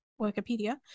Wikipedia